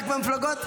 רק במפלגות?